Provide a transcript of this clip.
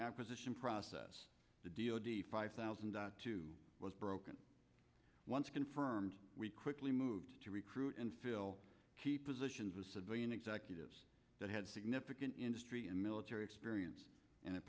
acquisition process to deal five thousand two was broken once confirmed we quickly moved to recruit and fill key positions of civilian executives that had significant industry and military experience and a